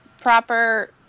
proper